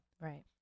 Right